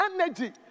energy